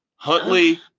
Huntley